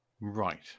Right